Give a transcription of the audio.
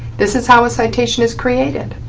this is how a citation is created,